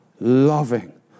Loving